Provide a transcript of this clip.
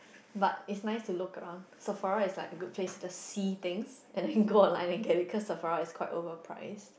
but is nice to look around Sephora is like good place to see things and then I can go online and get it because Sephora is like overpriced